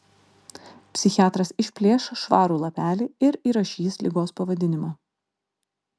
psichiatras išplėš švarų lapelį ir įrašys ligos pavadinimą